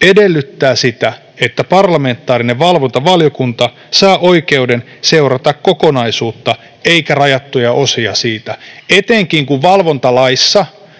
edellyttää sitä, että parlamentaarinen valvontavaliokunta saa oikeuden seurata kokonaisuutta eikä rajattuja osia siitä, etenkin kun valvontalaissa